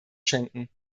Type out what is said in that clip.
schenken